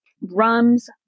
rums